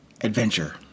adventure